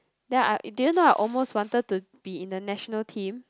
then I that's why I almost wanted to be in the national team